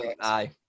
aye